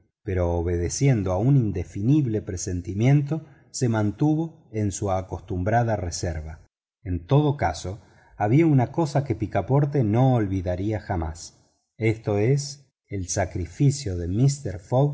pero obedeciendo a un indefinible presentimiento se mantuvo en su acostumbrada reserva en todo caso había una cosa que picaporte no olvidaría jamás esto es el sacrificio de mister